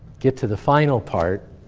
get to the final part,